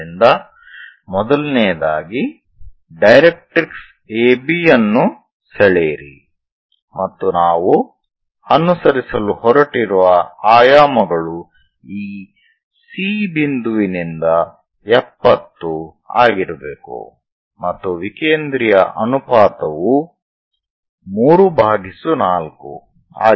ಆದ್ದರಿಂದ ಮೊದಲನೆಯದಾಗಿ directrix AB ಅನ್ನು ಸೆಳೆಯಿರಿ ಮತ್ತು ನಾವು ಅನುಸರಿಸಲು ಹೊರಟಿರುವ ಆಯಾಮಗಳು ಈ C ಬಿಂದುವಿನಿಂದ 70 ಆಗಿರಬೇಕು ಮತ್ತು ವಿಕೇಂದ್ರೀಯ ಅನುಪಾತವು 3 4 ಆಗಿರುತ್ತದೆ